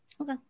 Okay